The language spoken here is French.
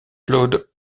claude